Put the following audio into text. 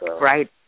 Right